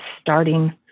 starting